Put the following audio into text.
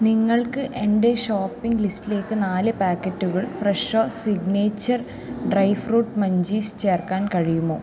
നിങ്ങൾക്ക് എന്റെ ഷോപ്പിംഗ് ലിസ്റ്റിലേക്ക് നാല് പാക്കറ്റുകൾ Fresho signature dry fruit munchies ചേർക്കാൻ കഴിയുമോ